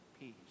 peace